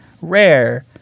rare